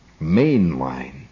mainline